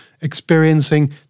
experiencing